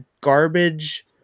garbage